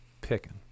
Picking